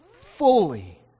fully